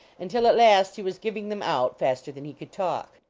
until at last he was giving them out faster than he could talk.